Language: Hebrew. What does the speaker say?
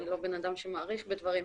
אני לא בן אדם שמאריך בדברים.